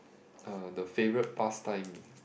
uh the favourite pastime